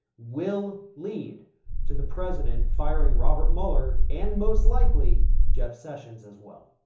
will lead to the president firing robert mueller and most likely jeff sessions as well.